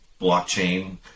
blockchain